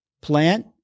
plant